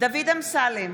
דוד אמסלם,